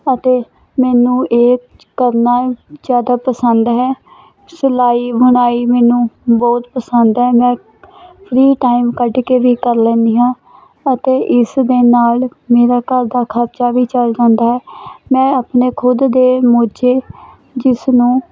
ਅਤੇ ਮੈਨੂੰ ਇਹ ਕਰਨਾ ਜ਼ਿਆਦਾ ਪਸੰਦ ਹੈ ਸਿਲਾਈ ਬੁਣਾਈ ਮੈਨੂੰ ਬਹੁਤ ਪਸੰਦ ਹੈ ਮੈਂ ਫਰੀ ਟਾਈਮ ਕੱਢ ਕੇ ਵੀ ਕਰ ਲੈਂਦੀ ਹਾਂ ਅਤੇ ਇਸ ਦੇ ਨਾਲ ਮੇਰਾ ਘਰ ਦਾ ਖਰਚਾ ਵੀ ਚੱਲ ਜਾਂਦਾ ਹੈ ਮੈਂ ਆਪਣੇ ਖੁਦ ਦੇ ਮੋਜ਼ੇ ਜਿਸ ਨੂੰ